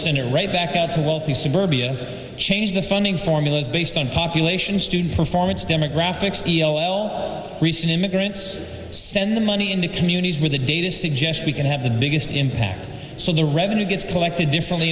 it right back out to wealthy suburbia change the funding formulas based on population student performance demographics e o l recent immigrants send the money into communities where the data suggest we can have the biggest impact so the revenue gets collected differently